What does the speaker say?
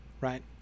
right